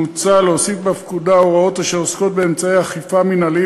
מוצע להוסיף בפקודה הוראות אשר עוסקות באמצעי אכיפה מינהליים,